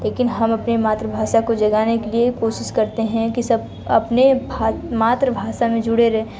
लेकिन हम अपने मातृभाषा को जगाने के लिए कोशिश करते हैं कि सब अपने भा मातृभाषा में जुड़े रहे